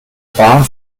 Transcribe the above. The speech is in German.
bahn